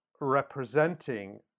representing